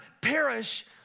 perish